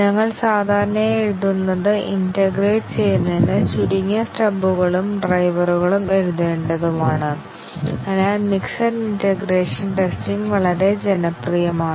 ഞങ്ങൾ സാധാരണയായി എഴുതുന്നത് ഇന്റേഗ്രേറ്റ് ചെയ്യുന്നതിന് ചുരുങ്ങിയ സ്റ്റബുകളും ഡ്രൈവറുകളും എഴുതേണ്ടതുമാണ് അതിനാൽ മിക്സഡ് ഇന്റേഗ്രേഷൻ ടെസ്റ്റിങ് വളരെ ജനപ്രിയമാണ്